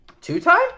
Two-time